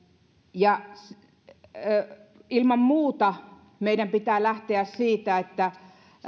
ilman muuta meidän pitää lähteä siitä että